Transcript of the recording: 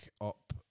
up